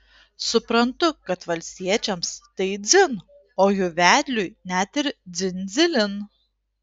suprantu kad valstiečiams tai dzin o jų vedliui net ir dzin dzilin